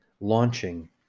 launching